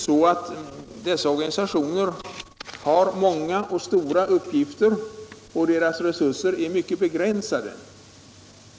Men dessa organisationer har många och stora uppgifter och deras resurser är mycket begränsade.